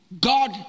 God